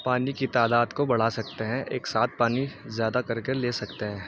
پانی کی تعداد کو بڑھا سکتے ہیں ایک ساتھ پانی زیادہ کر کے لے سکتے ہیں